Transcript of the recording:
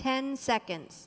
ten seconds